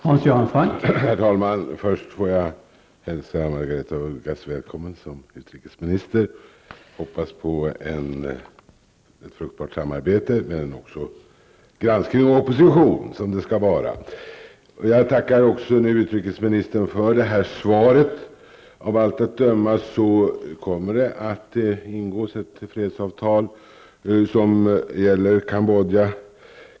Herr talman! Först får jag hälsa Margareta af Ugglas välkommen som utrikesminister. Jag hoppas på ett fruktbart samarbete men också på granskning och opposition, som det skall vara. Nu tackar jag också utrikesministern för det här svaret. Av allt att döma kommer det att ingås ett fredsavtal som gäller Cambodja.